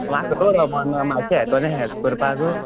म्हाका रोड होबोन्ना माश्शें येतोलें हॅल्प कोरपाकू